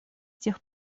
тех